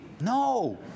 No